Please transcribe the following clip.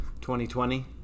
2020